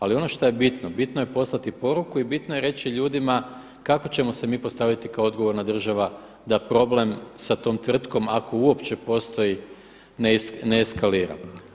Ali ono šta je bitno, bitno je poslati poruku i bitno je reći ljudima kako ćemo se mi postaviti kao odgovorna država da problem sa tom tvrtkom, ako uopće postoji ne eskalira.